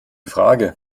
frage